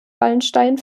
wallenstein